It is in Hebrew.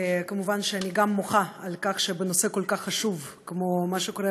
מובן שגם אני מוחה על כך שבנושא כל כך חשוב כמו מה שקורה